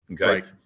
Okay